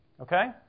Okay